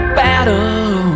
battle